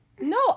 No